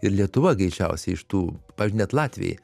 ir lietuva greičiausiai iš tų pavyzdžiui net latviai